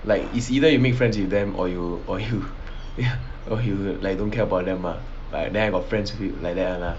like is either you make friends with them or you or you or you like don't care about them lah but then I got friends like that [one] lah